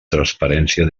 transparència